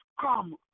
come